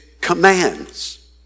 commands